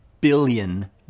billion